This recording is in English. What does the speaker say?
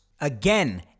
again